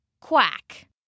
quack